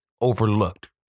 overlooked